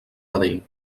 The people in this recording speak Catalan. vedell